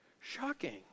Shocking